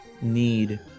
need